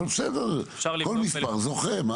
אבל בסדר, כל מספר זוכה.